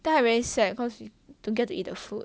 then I very sad cause don't get to eat the food